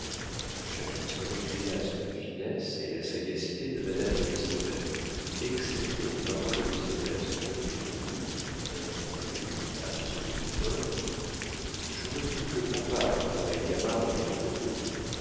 chacun se récria sur la finesse et la sagacité de madame de listomère excepté le baron de listomère son neveu qui dit d'un ton comique à monsieur de bourbonne j'aurais voulu le combat entre la gamard et le birotteau